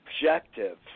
objective